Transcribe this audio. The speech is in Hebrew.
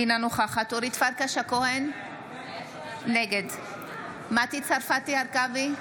אינה נוכחת אורית פרקש הכהן, נגד מטי צרפתי הרכבי,